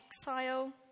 exile